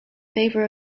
favor